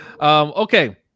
okay